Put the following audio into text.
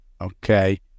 okay